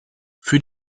für